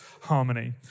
harmony